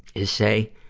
is say,